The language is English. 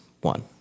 One